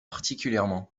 particulièrement